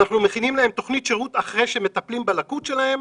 ואנחנו מכינים להם תוכנית שירות אחרי שמטפלים בלקות שלהם,